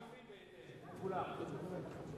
כמו כולם.